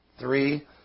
Three